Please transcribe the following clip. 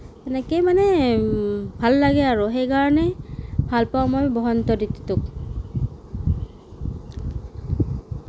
সেনেকেই মানে ভাল লাগে আৰু সেইকাৰণে ভাল পাওঁ মই বসন্ত ঋতুটোক